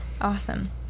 Awesome